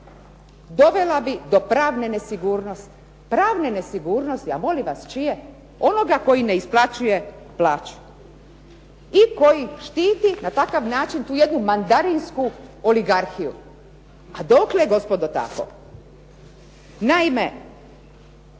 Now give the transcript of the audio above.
dovela bi do pravne nesigurnosti. Pravne nesigurnosti. A molim vas, čije? Onoga koji ne isplaćuje plaću i koji štiti na takav način tu jednu mandarinsku oligarhiju. A dokle gospodo tako? Naime,